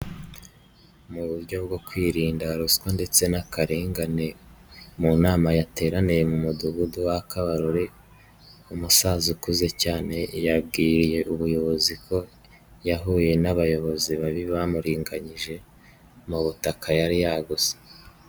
Mu buryo bwo kwirinda ruswa ndetse n'akarengane, mu nama yateraniye mu mudugudu wa Kabarore, umusaza ukuze cyane yabwiriye ubuyobozi ko yahuye n'abayobozi babi bamuringaniyije mu butaka yari yaguze.